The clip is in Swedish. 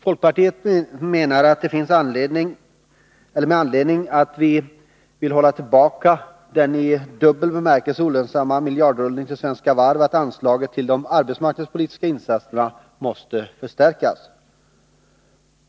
Folkpartiet menar, med anledning av att vi vill hålla tillbaka den i dubbel bemärkelse olönsamma miljardrullningen till Svenska Varv, att anslaget till arbetsmarknadspolitiska insatser måste förstärkas.